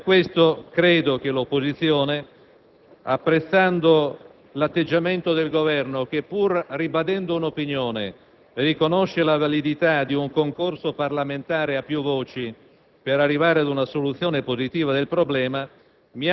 Mi auguro quindi che l'opposizione, apprezzando l'atteggiamento del Governo che, pur ribadendo un'opinione, riconosce la validità di un concorso parlamentare a più voci per arrivare ad una soluzione positiva del problema,